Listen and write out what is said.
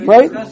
Right